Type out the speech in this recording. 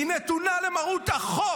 היא נתונה למרות החוק.